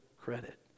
credit